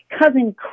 cousin